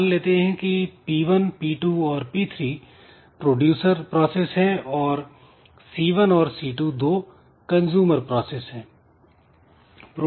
मान लेते हैं कि P1 P2 और P3 प्रोड्यूसर प्रोसेस है और C1 और C2 दो कंजूमर प्रोसेस है